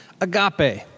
Agape